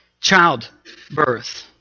childbirth